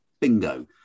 Bingo